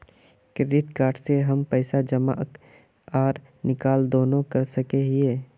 Credit card से हम पैसा जमा आर निकाल दोनों कर सके हिये की?